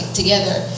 together